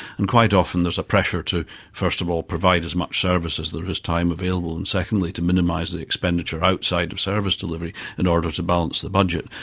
and quite often there is a pressure to first of all provide as much service as there is time available, and secondly to minimise the expenditure outside of service delivery in order to balance the budget.